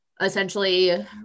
essentially